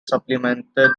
supplemented